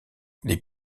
les